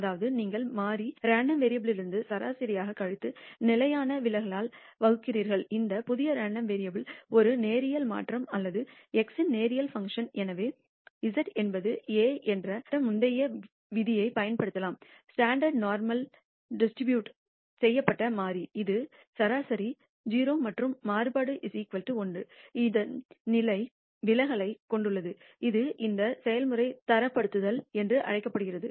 அதாவது நீங்கள் மாறி ரேண்டம் வேரியபுல்லியிலிருந்து சராசரியைக் கழித்து நிலையான விலகலால் வகுக்கிறீர்கள் இந்த புதிய ரேண்டம் வேரியபுல் ஒரு நேரியல் மாற்றம் அல்லது x இன் நேரியல் பங்க்ஷன் எனவே z என்பது a என்று காட்ட முந்தைய விதியைப் பயன்படுத்தலாம் ஸ்டாண்டர்ட் நோர்மல் டிஸ்ட்ரிபூட் செய்யப்பட்ட மாறி இது சராசரி 0 மற்றும் மாறுபாடு 1 இன் நிலையான விலகலைக் கொண்டுள்ளது இது இந்த செயல்முறை தரப்படுத்தல் என்றும் அழைக்கப்படுகிறது